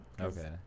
Okay